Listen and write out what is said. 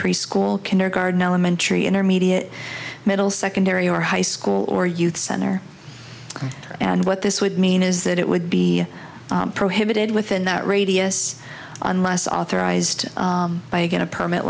preschool kindergarten elementary intermediate middle secondary or high school or youth center and what this would mean is that it would be prohibited within that radius unless authorized by a get a permit